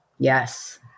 Yes